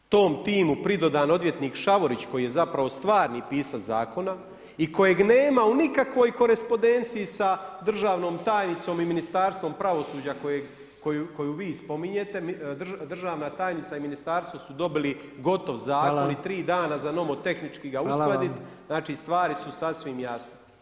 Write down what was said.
Kako je tom timu pridodan odvjetnik Šavorić koji je zapravo stvari pisac zakona i kojeg nema u nikakvoj korespondenciji sa državnom tajnicom i Ministarstvom pravosuđa koju vi spominjete, državna tajnica i ministarstvo su dobili gotov zakon i 3 danas za novotehnički ga uskladiti, znači stvari su sasvim jasne.